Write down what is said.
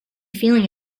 feeling